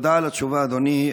תודה על התשובה, אדוני.